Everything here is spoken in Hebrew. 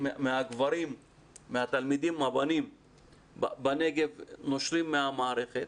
מהתלמידים הבנים בנגב נושרים מהמערכת.